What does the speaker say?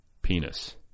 Penis